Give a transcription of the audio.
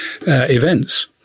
events